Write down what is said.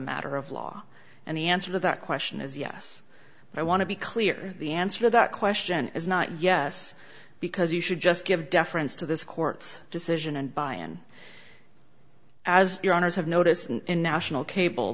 matter of law and the answer to that question is yes but i want to be clear the answer to that question is not yes because you should just give deference to this court's decision and by and as your owners have noticed in national cable